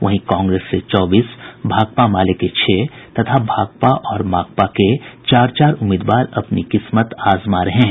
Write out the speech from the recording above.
वहीं कांग्रेस से चौबीस भाकपा माले के छह तथा भाकपा और माकपा के चार चार उम्मीदवार अपनी किस्मत आजमा रहे हैं